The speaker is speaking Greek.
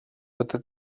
ούτε